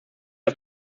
auf